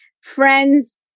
Friends